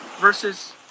versus